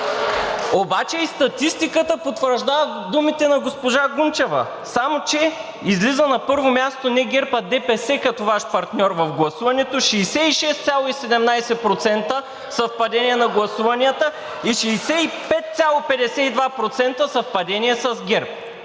Обаче и статистиката потвърждава думите на госпожа Гунчева, само че излиза на първо място не ГЕРБ, а ДПС като Ваш партньор в гласуването – 66,17% съвпадения на гласуванията, и 65,52% съвпадения с ГЕРБ.